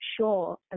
sure